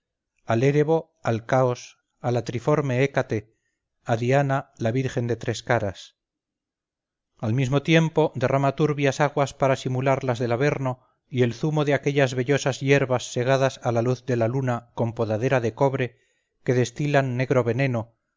al erebo al caos a la triforme hécate a diana la virgen de tres caras al mismo tiempo derrama turbias aguas para simular las del averno y el zumo de aquellas vellosas hierbas segadas a la luz de la luna con podadera de cobre que destilan negro veneno